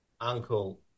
Uncle